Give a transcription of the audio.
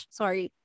sorry